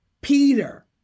Peter